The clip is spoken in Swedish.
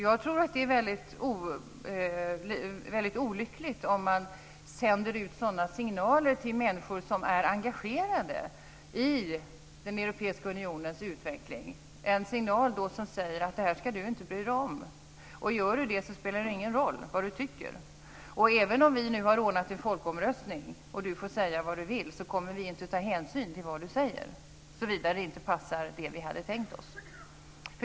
Jag tror att det är väldigt olyckligt om man till människor som är engagerade i den europeiska unionens utveckling sänder ut signaler som säger: Det här ska du inte bry dig om, och gör du det så spelar det ingen roll vad du tycker. Även om vi har ordnat en folkomröstning och du får säga vad du vill, kommer vi inte att ta hänsyn till vad du säger såvida det inte passar vad vi hade tänkt oss.